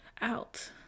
out